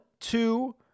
two